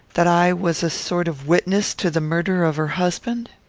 that i was a sort of witness to the murder of her husband?